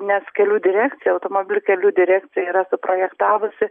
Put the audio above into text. nes kelių direkcija automobilių kelių direkcija yra suprojektavusi